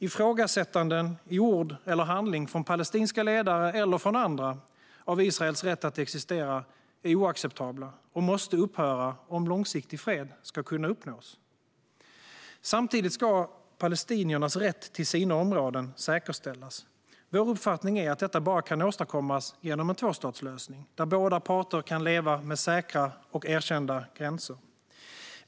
Ifrågasättanden, i ord eller handling från palestinska ledare eller från andra, av Israels rätt att existera är oacceptabla och måste upphöra om långsiktig fred ska kunna uppnås. Samtidigt ska palestiniernas rätt till sina områden säkerställas. Vår uppfattning är att detta bara kan åstadkommas genom en tvåstatslösning, där båda parter kan leva med säkra och erkända gränser.